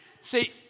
see